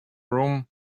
room